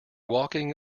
walking